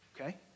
okay